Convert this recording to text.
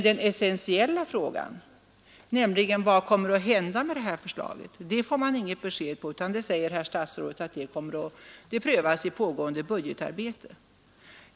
Den essentiella frågan, nämligen vad kommer att hända med det här förslaget, får man inget besked om, utan herr statsrådet säger att det prövas i pågående budgetarbete.